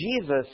Jesus